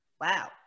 wow